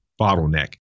bottleneck